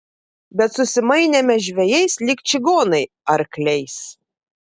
bet susimainėme žvejais lyg čigonai arkliais